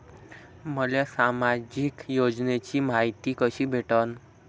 मले सामाजिक योजनेची मायती कशी भेटन?